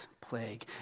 plague